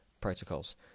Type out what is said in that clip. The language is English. protocols